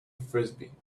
frisbee